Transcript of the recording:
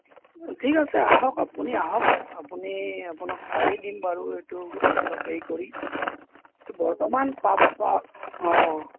ঠিক আছে আহক আপুনি আহক আপুনি আপোনাক চাইয়েই দিম বাৰু এইটো অলপ এই কৰি কিন্তু বৰ্তমান অঁ